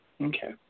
Okay